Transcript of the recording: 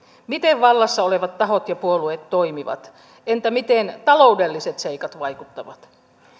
miten vallassa olevat tahot ja puolueet toimivat entä miten taloudelliset seikat vaikuttavat